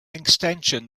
extension